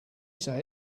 say